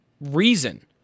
reason